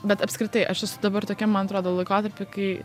bet apskritai aš esu dabar tokiam man atrodo laikotarpy kai